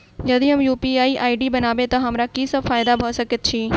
यदि हम UPI ID बनाबै तऽ हमरा की सब फायदा भऽ सकैत अछि?